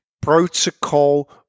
protocol